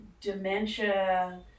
Dementia